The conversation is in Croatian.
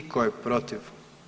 Tko je protiv?